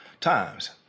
times